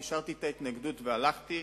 אישרתי את ההתנגדות והלכתי.